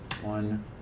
One